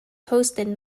hosted